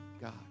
God